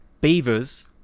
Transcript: Beavers